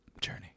journey